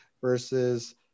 versus